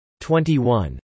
21